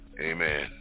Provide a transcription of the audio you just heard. Amen